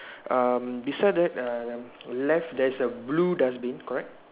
um beside that err left there is a blue dustbin correct